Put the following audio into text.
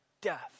death